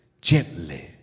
gently